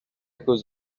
cause